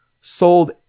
sold